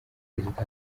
perezida